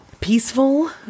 peaceful